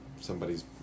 somebody's